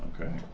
okay